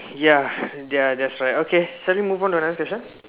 ya ya that's right okay shall we move on to another question